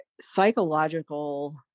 psychological